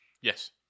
Yes